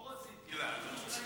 לא רציתי לעלות.